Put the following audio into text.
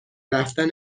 رفتن